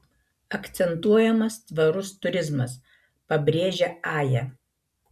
akcentuojamas tvarus turizmas pabrėžia aja